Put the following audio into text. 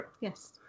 Yes